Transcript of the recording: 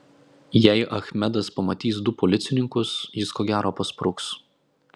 jei achmedas pamatys du policininkus jis ko gero paspruks